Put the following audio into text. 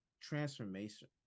transformation